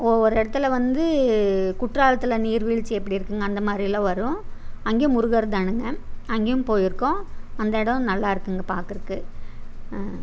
ஒவ்வொரு இடத்துல வந்து குற்றாலத்தில் நீர்வீழ்ச்சி எப்படி இருக்கும்ங்க அந்த மாதிரியெல்லாம் வரும் அங்கே முருகர் தான்ங்க அங்கேயும் போய்ருக்கோம் அந்த இடம் நல்லாயிருக்குங்க பாக்கறதுக்கு